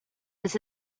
this